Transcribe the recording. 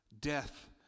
death